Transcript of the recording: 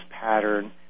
pattern